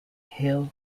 hill